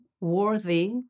worthy